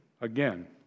again